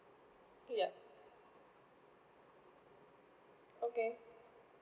yup okay